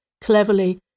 cleverly